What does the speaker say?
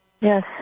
Yes